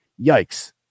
Yikes